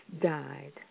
died